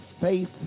faith